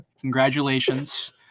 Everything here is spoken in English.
Congratulations